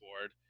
board